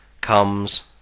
comes